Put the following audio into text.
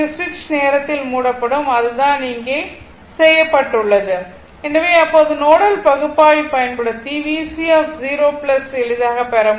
எனவே சுவிட்ச் நேரத்தில் மூடப்படும் அது தான் இங்கே செய்யப்பட்டுள்ளது எனவே அப்போது நோடல் பகுப்பாய்வு பயன்படுத்தி V0 எளிதாகப் பெற முடியும்